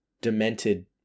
demented